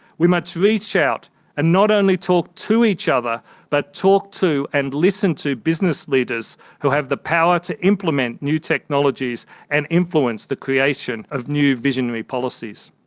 we must reach out and not only talk to each other but talk to and listen to business leaders who have the power to implement new technologies and influence the creation of new visionary policies.